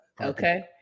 Okay